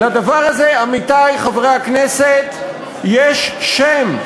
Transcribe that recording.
לדבר הזה, עמיתי חברי הכנסת, יש שם.